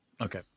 Okay